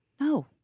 no